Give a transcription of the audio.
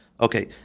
Okay